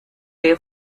day